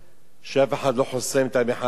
שאף אחד לא חוסם את המחאה החברתית.